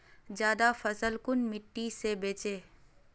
ज्यादा फसल कुन मिट्टी से बेचे?